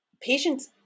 patients